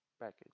package